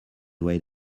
wait